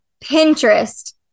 Pinterest